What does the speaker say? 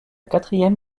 quatrième